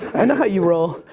know how you roll.